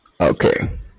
Okay